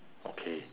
okay